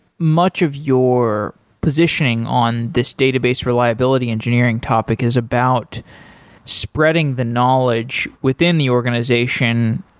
much of your positioning on this database reliability engineering topic is about spreading the knowledge within the organization,